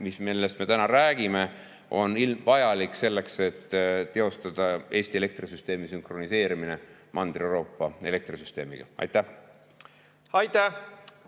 millest me täna räägime, on vajalik selleks, et Eesti elektrisüsteem sünkroniseerida Mandri-Euroopa elektrisüsteemiga. Aitäh!